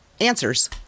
answers